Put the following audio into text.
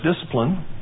discipline